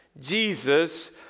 Jesus